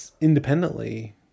independently